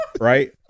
right